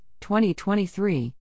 2023